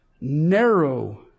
narrow